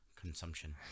Consumption